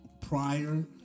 prior